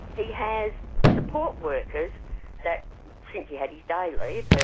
he has support workers that since he had his day leave,